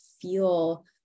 feel